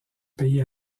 pays